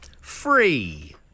Free